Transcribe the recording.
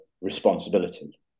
responsibility